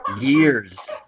years